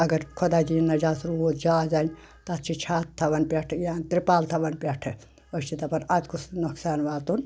اگر خۄدا دِیِن نَجات روٗد جادٕ اَنہِ تَتھ چھِ چَھتھ تھَاوان پؠٹھٕ یا ترٛپال تھَاوان پؠٹھٕ أسۍ چھِ دَپان اَتھ گُۄژھ نہٕ نُۄقصَان واتُن